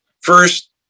First